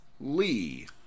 Lee